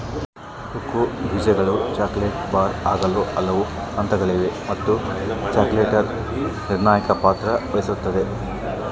cocoa ಬೀಜಗಳು chocolate bar ಆಗಲು ಹಲವು ಹಂತಗಳಿವೆ ಮತ್ತು ಚಾಕೊಲೇಟರ್ ನಿರ್ಣಾಯಕ ಪಾತ್ರ ವಹಿಸುತ್ತದ